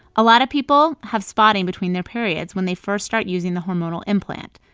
a lot of people have spotting between their periods when they first start using the hormonal implant.